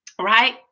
right